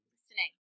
Listening